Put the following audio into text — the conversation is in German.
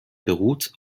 beruht